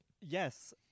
Yes